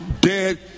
dead